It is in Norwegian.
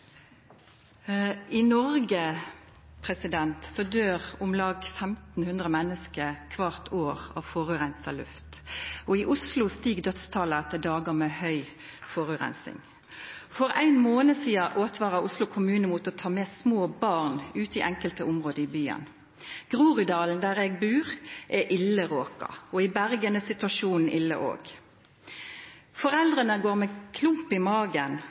I Noreg døyr om lag 1 500 menneske kvart år av forureina luft. I Oslo stig dødstala på dagar med høg forureining. For ein månad sidan åtvara Oslo kommune mot å ta med små barn ut i enkelte område i byen. Groruddalen, der eg bur, er ille råka. I Bergen er situasjonen òg ille. Foreldra går med klump i magen